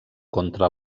contra